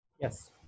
Yes